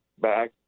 back